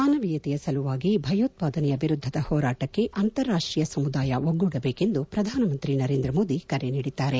ಮಾನವೀಯತೆಯ ಸಲುವಾಗಿ ಭಯೋತ್ಸಾದನೆಯ ವಿರುದ್ದದ ಹೋರಾಟಕ್ಕೆ ಅಂತಾರಾಷ್ಟೀಯ ಸಮುದಾಯ ಒಗ್ಗೂಡಬೇಕೆಂದು ಪ್ರಧಾನಮಂತಿ ನರೇಂದ ಮೋದಿ ಕರೆ ನೀಡಿದ್ದಾರೆ